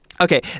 Okay